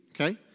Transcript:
okay